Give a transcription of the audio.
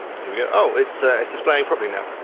here we go, oh it's so it's displaying properly now.